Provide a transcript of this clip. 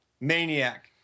maniac